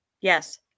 Yes